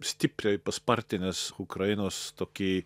stipriai paspartinęs ukrainos tokį